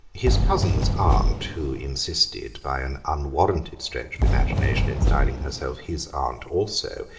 his cousins' aunt, who insisted, by an unwarranted stretch of imagination, in styling herself his aunt also,